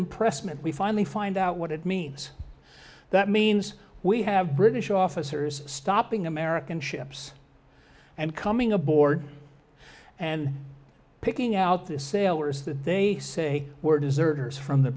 impressment we finally find out what it means that means we have british officers stopping american ships and coming aboard and picking out the sailors that they say were deserves from the